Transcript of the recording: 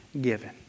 given